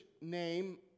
name